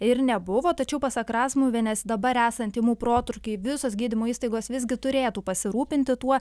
ir nebuvo tačiau pasak razmuvienės dabar esant tymų protrūkiui visos gydymo įstaigos visgi turėtų pasirūpinti tuo